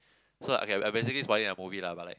so I can I'm basically spoiling a movie lah but like